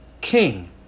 king